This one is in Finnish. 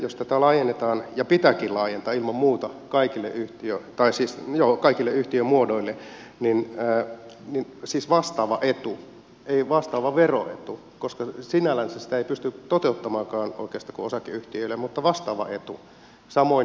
jos tätä laajennetaan ja pitääkin laajentaa ilman muuta kaikille yhtiömuodoille niin tarvitaan vastaava etu ei vastaava veroetu koska sinällänsä sitä ei pysty toteuttamaankaan oikeastaan kuin osakeyhtiöille mutta vastaava etu samoin edellytyksin